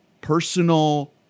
personal